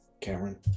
Cameron